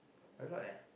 a lot eh